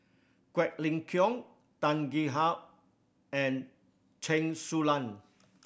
Quek Ling Kiong Tan Gee and Chen Su Lan